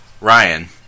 Ryan